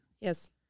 Yes